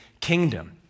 kingdom